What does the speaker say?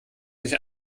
sich